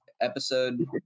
episode